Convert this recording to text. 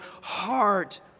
heart